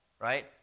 right